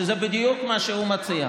שזה בדיוק מה שהוא מציע.